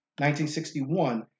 1961